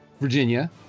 Virginia